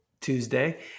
Tuesday